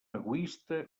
egoista